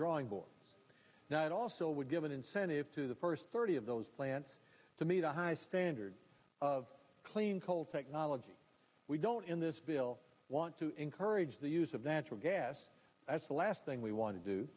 drawing board now it also would give an incentive to the first thirty of those plants to meet a high standard of clean coal technology we don't in this bill want to encourage the use of natural gas as the last thing we want to do